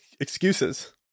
excuses